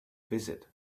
visit